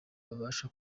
babasha